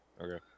okay